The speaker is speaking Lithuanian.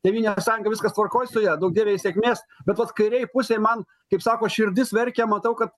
tėvynės sąjunga viskas tvarkoj su ja duok dieve jai sėkmės bet vat kairėj pusėj man kaip sako širdis verkia matau kad